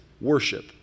worship